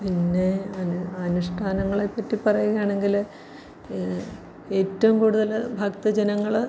പിന്നെ അനു അനുഷ്ഠാനങ്ങളെ പറ്റി പറയുകയാണെങ്കിൽ ഏറ്റവും കൂടുതൽ ഭക്തജനങ്ങൾ